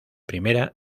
primera